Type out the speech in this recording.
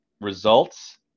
results